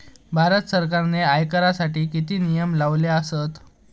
भारत सरकारने आयकरासाठी किती नियम लावले आसत?